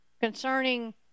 concerning